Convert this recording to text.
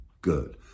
good